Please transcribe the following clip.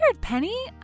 Penny